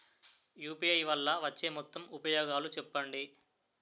UPI వల్ల వచ్చే మొత్తం ఉపయోగాలు చెప్పండి?